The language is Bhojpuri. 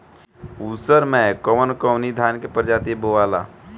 उसर मै कवन कवनि धान के प्रजाति बोआला?